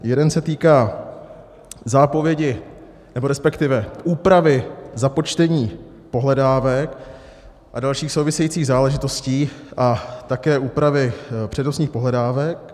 Jeden se týká zápovědi, nebo respektive úpravy započtení pohledávek a dalších souvisejících záležitostí a také úpravy přednostních pohledávek.